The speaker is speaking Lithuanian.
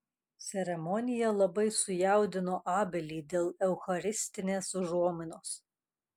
ceremonija labai sujaudino abelį dėl eucharistinės užuominos